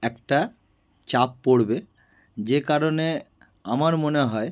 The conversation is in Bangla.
একটা চাপ পড়বে যে কারণে আমার মনে হয়